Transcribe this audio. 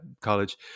college